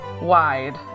Wide